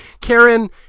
Karen